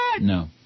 No